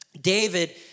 David